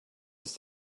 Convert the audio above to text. ist